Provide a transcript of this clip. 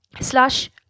slash